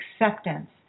acceptance